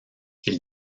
ils